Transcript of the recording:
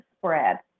spread